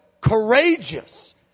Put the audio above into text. courageous